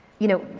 you know,